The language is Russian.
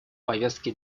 повестке